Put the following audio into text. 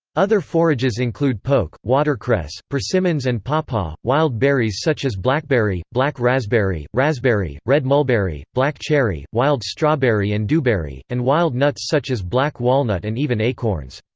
other forages include poke, watercress, persimmons and pawpaw wild berries such as blackberry, black raspberry, raspberry, red mulberry, black cherry, wild strawberry and dewberry and wild nuts such as black walnut and even acorns.